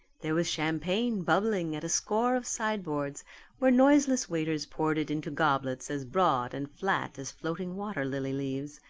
there was champagne bubbling at a score of sideboards where noiseless waiters poured it into goblets as broad and flat as floating water-lily leaves.